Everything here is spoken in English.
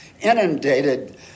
inundated